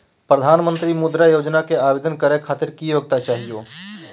प्रधानमंत्री मुद्रा योजना के आवेदन करै खातिर की योग्यता चाहियो?